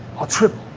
i'll triple